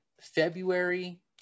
February